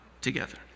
together